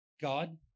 God